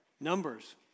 Numbers